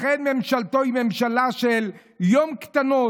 לכן ממשלתו היא ממשלה של יום קטנות.